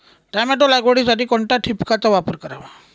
Tomato लागवडीसाठी कोणत्या ठिबकचा वापर करावा?